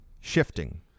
shifting